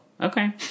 Okay